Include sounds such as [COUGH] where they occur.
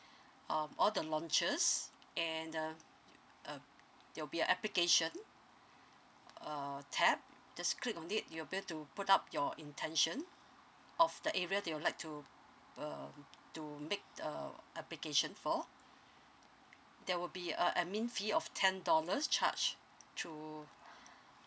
um all the launches and uh [NOISE] uh there will be a application uh tab just click on it you'll be able to put up your intention of the area that you would like to um to make uh application for there will be a admin fee of ten dollars charge through